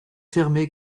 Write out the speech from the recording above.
fermé